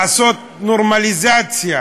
לעשות נורמליזציה